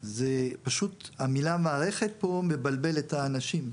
פשוט המילה מערכת פה מבלבלת את האנשים.